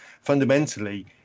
fundamentally